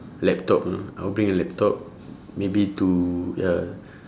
laptop you know I will bring a laptop maybe to ya